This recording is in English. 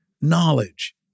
Knowledge